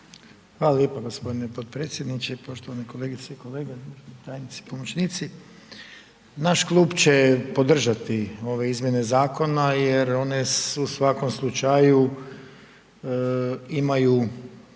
Hvala lijepa gospodine potpredsjedniče. Poštovane kolegice i kolege, tajnici, pomoćnici. Naš Klub će podržati ove izmjene zakona jer one u svakom slučaju imaju